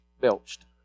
belched